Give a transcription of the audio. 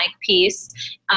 piece